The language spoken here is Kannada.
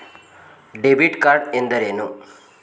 ಡೆಬಿಟ್ ಕಾರ್ಡ್ ಎಂದರೇನು?